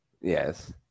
yes